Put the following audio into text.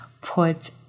put